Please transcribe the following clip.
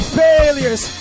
failures